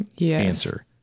answer